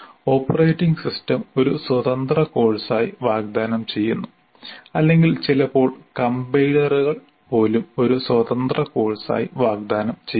operating system ഒരു സ്വതന്ത്ര കോഴ്സായി വാഗ്ദാനം ചെയ്യുന്നു അല്ലെങ്കിൽ ചിലപ്പോൾ "കംപൈലറുകൾ" പോലും ഒരു സ്വതന്ത്ര കോഴ്സായി വാഗ്ദാനം ചെയ്യുന്നു